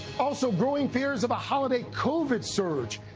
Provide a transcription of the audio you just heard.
also, brewing fears of a holiday covid surge.